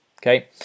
okay